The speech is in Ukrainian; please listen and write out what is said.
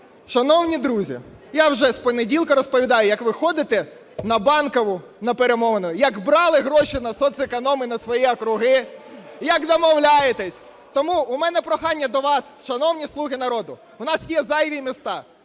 шановні друзі, я вже з понеділка розповідаю, як ви ходите на Банкову на перемовини, як брали гроші на соцеконом і на свої округи, як домовляєтесь. Тому у мене прохання до вас, шановні "слуги народу", у нас є зайві місця,